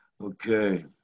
Okay